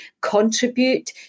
contribute